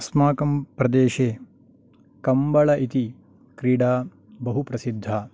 अस्माकं प्रदेशे कम्बळ इति क्रीडा बहु प्रसिद्धा